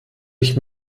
ich